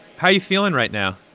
how are you feeling right now?